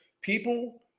People